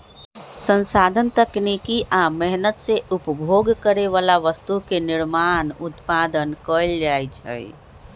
संसाधन तकनीकी आ मेहनत से उपभोग करे बला वस्तु के निर्माण उत्पादन कएल जाइ छइ